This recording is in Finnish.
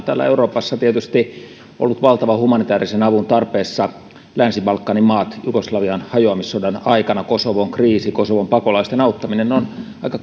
täällä euroopassa tietysti olleet valtavan humanitäärisen avun tarpeessa länsi balkanin maat jugoslavian hajoamissodan aikana kosovon kriisi kosovon pakolaisten auttaminen on aika